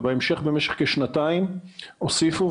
ובהמשך במשך כשנתיים הוסיפו.